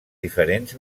diferents